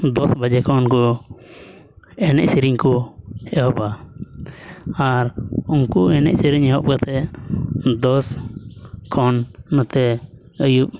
ᱫᱚᱥ ᱵᱟᱡᱮ ᱠᱷᱚᱱ ᱠᱚ ᱮᱱᱮᱡ ᱥᱮᱨᱮᱧ ᱠᱚ ᱮᱦᱚᱵᱟ ᱟᱨ ᱩᱱᱠᱩ ᱮᱱᱮᱡ ᱥᱮᱨᱮᱧ ᱮᱦᱚᱵ ᱠᱟᱛᱮᱫ ᱫᱚᱥ ᱠᱷᱚᱱ ᱱᱚᱛᱮ ᱟᱹᱭᱩᱵ